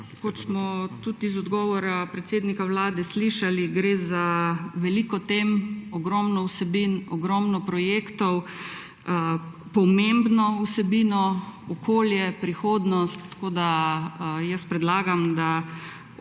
Kot smo tudi iz odgovora predsednika Vlade slišali, gre za veliko tem, ogromno vsebin, ogromno projektov, pomembno vsebino, okolje, prihodnost, tako da jaz predlagam, da